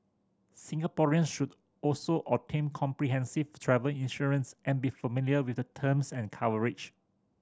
Singaporean should also obtain comprehensive travel insurance and be familiar with the terms and coverage